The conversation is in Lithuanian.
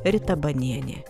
rita banienė